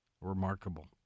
Remarkable